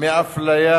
מאפליה